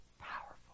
Powerful